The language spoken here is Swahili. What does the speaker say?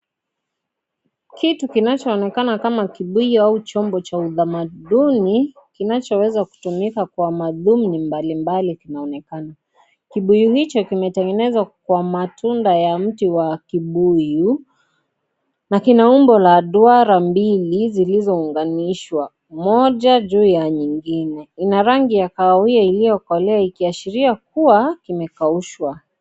Kitu kinachoonekana kama kibuyu au chombo cha utamaduni kinachoweza kutumika kwa madhumni mbalimbali kinaonekana. Kibuyu hicho kimetegenezwa kwa matunda ya mti wa kibuyu na kina umbo la duara mbili zilizounganishwa, moja juu ya nyingine. Ina rangi ya kahawia iliyokolea ikiashiria kuwa kimekaushwa.